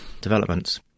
developments